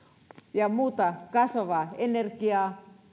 ja muuta kasvavaa energiaa